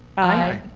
aye.